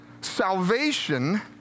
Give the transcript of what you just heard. salvation